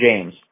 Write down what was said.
James